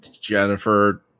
Jennifer